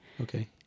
Okay